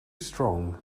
strong